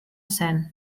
zen